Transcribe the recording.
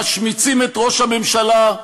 משמיצים את ראש הממשלה,